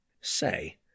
Say